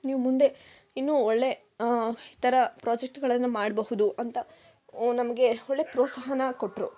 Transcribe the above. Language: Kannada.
ನೀವು ಮುಂದೆ ಇನ್ನೂ ಒಳ್ಳೆ ಈ ಥರ ಪ್ರಾಜೆಕ್ಟ್ಗಳನ್ನು ಮಾಡಬಹುದು ಅಂತ ನಮಗೆ ಒಳ್ಳೆ ಪ್ರೋತ್ಸಾಹನ ಕೊಟ್ರು